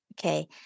Okay